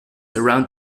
around